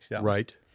right